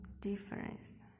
difference